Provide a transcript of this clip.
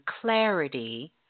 clarity